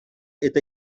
eta